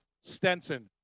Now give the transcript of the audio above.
stenson